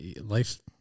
life